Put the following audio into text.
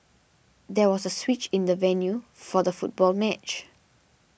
there was a switch in the venue for the football match